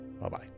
Bye-bye